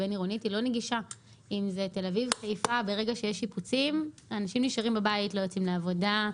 אנשים פשוט נשארים בבית ולא יוצאים לעבודה,